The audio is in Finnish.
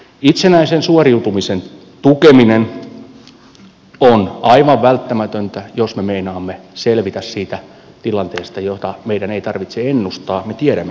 itsenäisen suoriutumisen tukeminen on aivan välttämätöntä jos me meinaamme selvitä siitä tilanteesta jota meidän ei tarvitse ennustaa me tiedämme mitä on tulossa